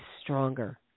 stronger